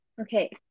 Okay